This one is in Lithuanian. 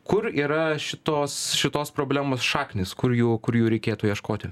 kur yra šitos šitos problemos šaknys kur jų kurių reikėtų ieškoti